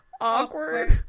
Awkward